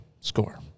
score